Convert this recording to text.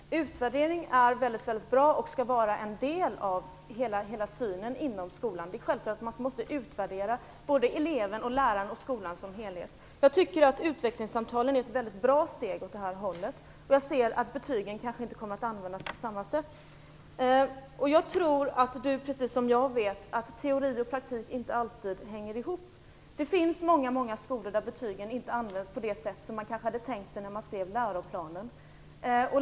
Fru talman! Utvärdering är väldigt bra och skall vara en del av skolan. Det är självklart att man måste utvärdera både eleven, läraren och skolan som helhet. Jag tycker att utvecklingssamtalen är ett väldigt bra steg åt detta håll. Jag ser att betygen kanske inte kommer att användas på samma sätt som i dag. Jag tror att Beatrice Ask precis som jag vet att teori och praktik inte alltid hänger ihop. Det finns många skolor där betygen inte används på det sätt man hade tänkt sig när man skrev läroplanen.